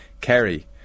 Kerry